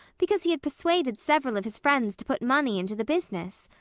because he had persuaded several of his friends to put money into the business.